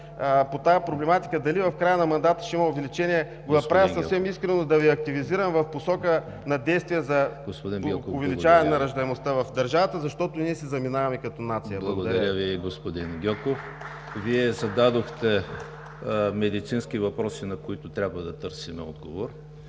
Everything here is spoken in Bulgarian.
по тази проблематика – дали в края на мандата ще има увеличение? Направих го съвсем искрено, за да Ви активизирам в посока на действие за увеличаване на раждаемостта в държавата, защото ние си заминаваме като нация. ПРЕДСЕДАТЕЛ ЕМИЛ ХРИСТОВ: Благодаря Ви, господин Гьоков. Вие зададохте медицински въпроси, на които трябва да търсим отговор.